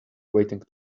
waiting